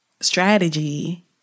strategy